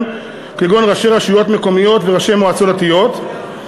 כגון ראשי רשויות מקומיות וראשי מועצות דתיות,